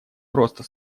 просто